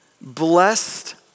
Blessed